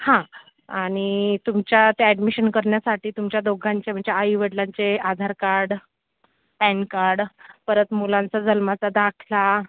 हा आणि तुमच्या त्या ॲडमिशन करण्यासाठी तुमच्या दोघांच्या म्हणजे आईवडिलांचे आधार कार्ड पॅनकार्ड परत मुलांचा जल्माचा दाखला